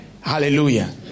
Hallelujah